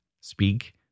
speak